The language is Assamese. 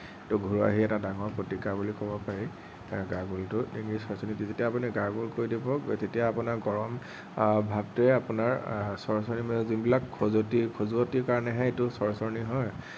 এইটো ঘৰুৱা হেৰি এটা ডাঙৰ প্ৰতিকাৰ বুলি ক'ব পাৰি তাৰ গাৰ্গলটো যেতিয়া আপুনি গাৰ্গল কৰি দিব তেতিয়া আপোনাৰ গৰম ভাৱটোৱে আপোনাৰ চৰচৰনিৰ যিবিলাক খজুৱতি খজুৱতিৰ কাৰণেহে এইটো চৰচৰনি হয়